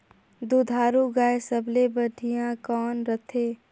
दुधारू गाय सबले बढ़िया कौन रथे?